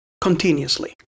continuously